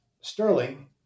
Sterling